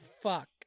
fuck